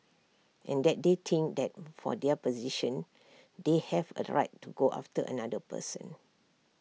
and that they think that for their position they have A right to go after another person